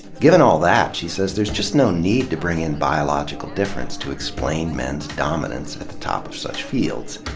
given all that, she says, there's just no need to bring in biological difference to explain men's dominance at the top of such fields.